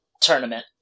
tournament